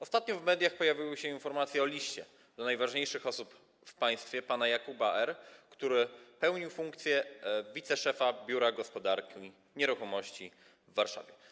Ostatnio w mediach pojawiły się informacje o liście do najważniejszych osób w państwie pana Jakuba R., który pełnił funkcję wiceszefa Biura Gospodarki Nieruchomości w Warszawie.